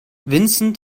vincent